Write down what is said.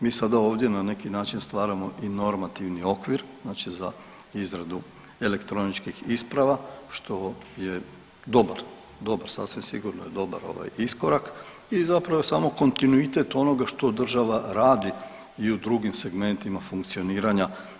Mi sada ovdje na neki način stvaramo i normativni okvir znači za izradu elektroničkih isprava što je dobar, dobar, sasvim sigurno je dobar ovaj iskorak i zapravo je samo kontinuitet onoga što država radi i u drugim segmentima funkcioniranja.